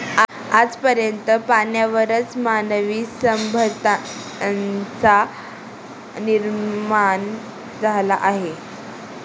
आज पर्यंत पाण्यावरच मानवी सभ्यतांचा निर्माण झाला आहे